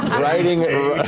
riding